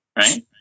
Right